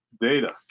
data